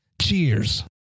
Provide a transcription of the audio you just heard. Cheers